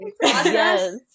Yes